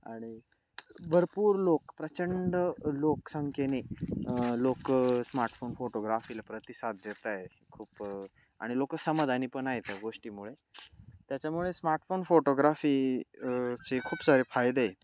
आणि भरपूर लोक प्रचंड लोकसंख्येने लोक स्मार्टफोन फोटोग्राफीला प्रतिसाद देत आहे खूप आणि लोक समाधानी पण आहेत त्या गोष्टीमुळे त्याच्यामुळे स्मार्टफोन फोटोग्राफी चे खूप सारे फायदे आहे